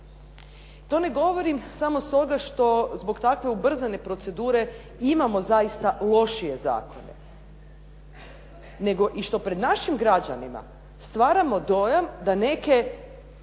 To ne govorim samo stoga što zbog takve ubrzane procedure imamo zaista lošije zakone, nego što i pred našim građanima stvaramo dojam da neke